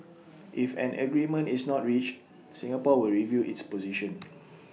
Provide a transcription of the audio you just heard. if an agreement is not reached Singapore will review its position